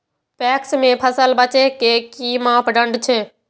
PACS में फसल बेचे के कि मापदंड छै?